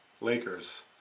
Lakers